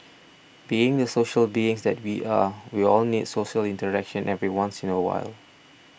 being the social beings that we are we all need social interaction every once in a while